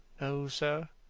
no, sir.